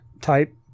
type